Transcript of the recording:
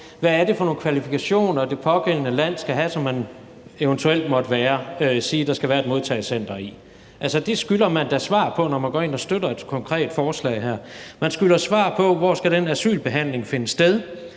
hvad det er for nogle kvalifikationer, det pågældende land skal have, altså hvor der eventuelt skal være et modtagecenter. Altså, det skylder man da svar på, når man går ind og støtter et konkret forslag her. Man skylder svar på, hvor den asylbehandling skal finde sted,